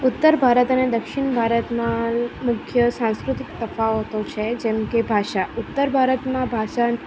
ઉત્તર ભારત અને દક્ષિણ ભારતમાં મુખ્ય સાંસ્કૃતિક તફાવતો છે જેમ કે ભાષા ઉત્તર ભારતમાં ભાષાનું